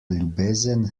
ljubezen